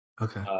Okay